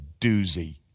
doozy